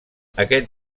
aquest